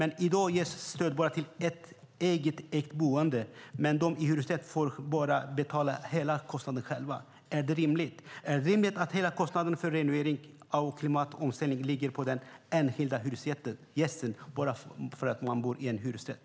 I dag ges dock stöd bara till egenägt boende, medan de i hyresrätt får betala hela kostnaden själva. Är det rimligt? Är det rimligt att hela kostnaden för renovering och klimatomställning ligger på den enskilda hyresgästen bara för att man bor i en hyresrätt?